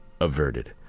averted